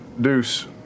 deuce